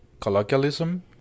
Colloquialism